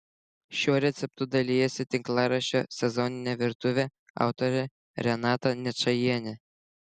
šiuo receptu dalijasi tinklaraščio sezoninė virtuvė autorė renata ničajienė